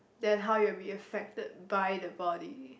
then how it will be affected by the body